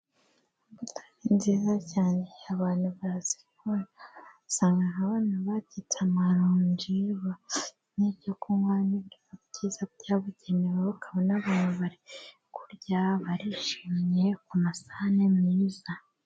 Imbuto ni nziza cyane. Abantu barazikunda. Usanga abana bakitse amaronji n'ibyo kunywa n'ibyo kurya byiza byabugenewe, ukabona bari kurya barishimye ku masahani meza..